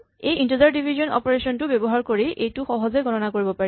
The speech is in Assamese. এই ইন্টেজাৰ ডিভিজন অপাৰেচন টো ব্যৱহাৰ কৰি এইটো সহজে গণনা কৰিব পাৰি